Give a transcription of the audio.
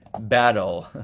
battle